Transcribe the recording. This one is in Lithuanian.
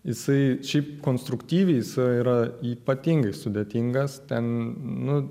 jisai šiaip konstruktyviai jisai yra ypatingai sudėtingas ten nu